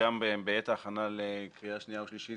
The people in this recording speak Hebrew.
וגם בעת ההכנה לקריאה שנייה ושלישית